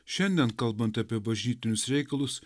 šiandien kalbant apie bažnytinius reikalus